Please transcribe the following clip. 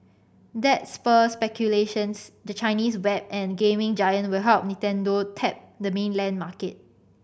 that spurred speculations the Chinese web and gaming giant will help Nintendo tap the mainland market